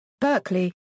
Berkeley